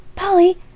Polly